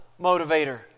Motivator